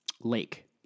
lake